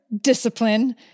discipline